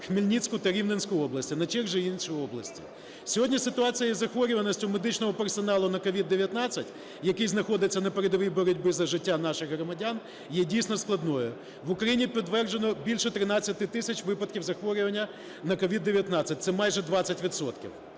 Хмельницьку та Рівненську області, на черзі інші області. Сьогодні ситуація із захворюваністю медичного персоналу на COVID-19, який знаходиться на передовій боротьби за життя наших громадян, є дійсно складною. В Україні підтверджено більше 13 тисяч випадків захворювання на COVID-19 – це майже 20